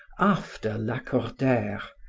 after lacordaire,